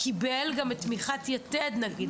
קיבל את גם את תמיכת יתד נגיד,